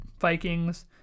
Vikings